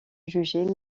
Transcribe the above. jugé